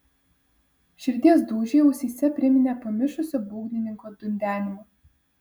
širdies dūžiai ausyse priminė pamišusio būgnininko dundenimą